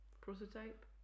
Prototype